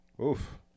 Oof